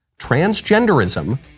transgenderism